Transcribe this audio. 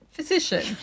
Physician